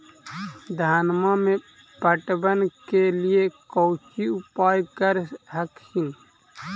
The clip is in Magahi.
धनमा के पटबन के लिये कौची उपाय कर हखिन?